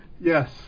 Yes